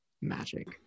magic